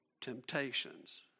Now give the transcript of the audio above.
temptations